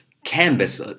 canvas